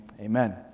Amen